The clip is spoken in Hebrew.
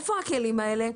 איפה הכלים האלה?